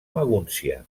magúncia